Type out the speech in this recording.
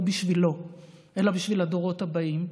לא בשבילו אלא בשביל הדורות הבאים.